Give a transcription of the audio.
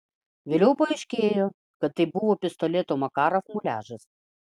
vėliau paaiškėjo kad tai buvo pistoleto makarov muliažas